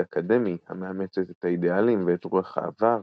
"אקדמי" המאמצת את האידיאלים ואת רוח העבר,